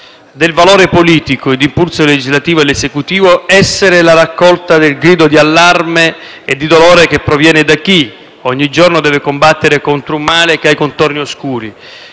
del valore politico e di impulso legislativo ed esecutivo, voleva essere la raccolta del grido di allarme e dolore che proviene da chi, ogni giorno, deve combattere contro un male dai contorni oscuri